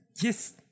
Yes